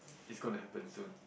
is gonna happen soon